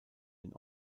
den